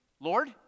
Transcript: Lord